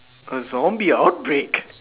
a zombie outbreak